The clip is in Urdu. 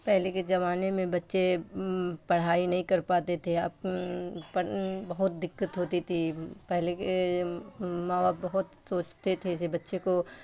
پہلے کے زمانے میں بچے پڑھائی نہیں کر پاتے تھے بہت دقت ہوتی تھی پہلے کے ماں باپ بہت سوچتے تھے جیسے بچے کو